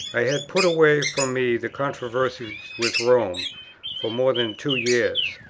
i had put away from me the controversy with rome for more than two years.